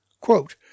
Quote